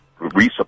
resupply